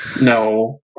No